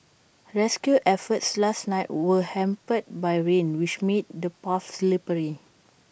rescue efforts last night were hampered by rain which made the paths slippery